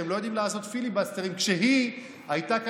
שהם לא יודעים לעשות פיליבסטרים,